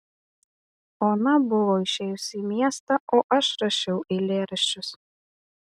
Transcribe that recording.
ona buvo išėjusi į miestą o aš rašiau eilėraščius